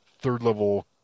third-level